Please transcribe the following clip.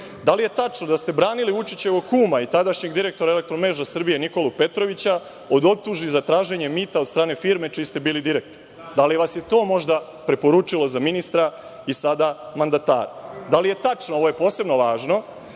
li je tačno da ste branili Vučićevog kuma i tadašnjeg direktora EMS-a Nikolu Petrovića, od optužbi za traženje mita od strane firme čiji ste bili direktor? Da li vas je to, možda, preporučilo za ministra i sada mandatara? Da li je tačno, ovo je posebno važno,